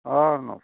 ହଁ ନମସ୍କାର